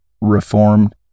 reformed